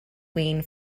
wayne